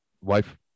Wife